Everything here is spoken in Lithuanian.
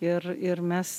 ir ir mes